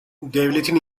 devletin